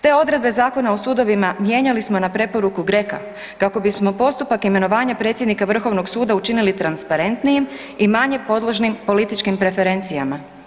Te odredbe Zakona o sudovima mijenjali smo na preporuku GRECO-a kako bismo postupak imenovanja predsjednika Vrhovnog suda učinili transparentnijim i manje podložim političkim preferencijama.